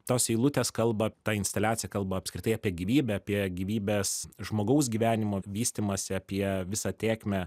tos eilutės kalba ta instaliacija kalba apskritai apie gyvybę apie gyvybės žmogaus gyvenimo vystymąsi apie visą tėkmę